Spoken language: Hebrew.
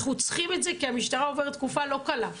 אנחנו צריכים את זה כי המשטרה עוברת תקופה לא קלה,